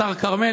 השר כרמל,